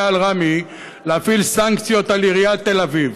וכאחראי לרמ"י, להפעיל סנקציות על עיריית תל אביב